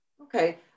Okay